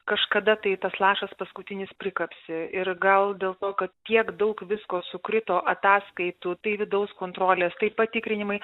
kažkada tai tas lašas paskutinis prikapsi ir gal dėl to kad tiek daug visko sukrito ataskaitų tai vidaus kontrolės tai patikrinimai